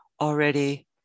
already